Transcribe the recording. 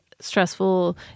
stressful